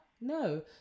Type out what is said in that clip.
No